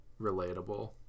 relatable